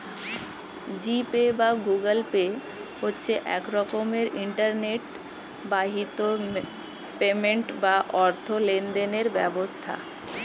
জি pay বা Google pay হচ্ছে এক রকমের ইন্টারনেট বাহিত পেমেন্ট বা অর্থ লেনদেনের ব্যবস্থা